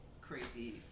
crazy